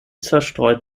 zerstreut